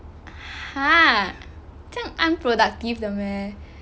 !huh! 这样 unproductive 的 meh